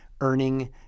earning